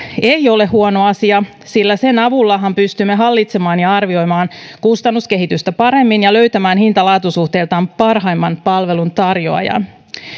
ei ole huono asia sillä sen avullahan pystymme hallitsemaan ja arvioimaan kustannuskehitystä paremmin ja löytämään hinta laatu suhteeltaan parhaimman palvelun tarjoajan